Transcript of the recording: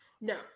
No